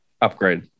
Upgrade